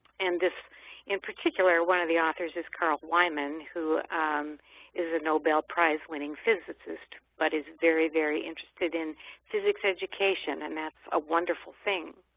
and this in particular one of the authors is carl wieman who is a nobel prize winning physicist but is very, very interested in physics education and that's a wonderful thing.